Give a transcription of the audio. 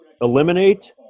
eliminate